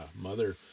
mother